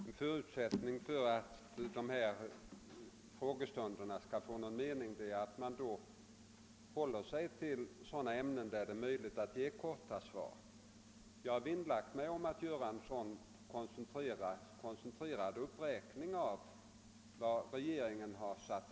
Herr talman! En förutsättning för att frågestunderna här i riksdagen skall få någon mening är att man håller sig till ämnen där det är möjligt att ge korta svar. Jag har vinnlagt mig om att göra en koncentrerad uppräkning av vad regeringen har vidtagit.